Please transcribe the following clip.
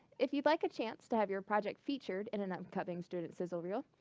if you would like a chance to have your project featured in an up coming student sizzle reel,